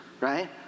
right